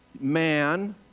man